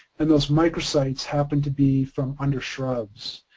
and those micro-sites happened to be from under shrubs.